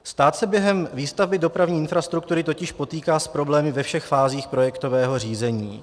Stát se během výstavby dopravní infrastruktury totiž potýká s problémy ve všech fázích projektového řízení.